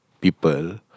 people